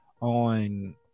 on